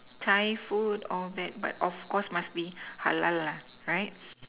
Thai food all that but of course must be halal lah right